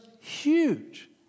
huge